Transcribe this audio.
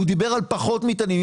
הוא דיבר על פחות מטענים.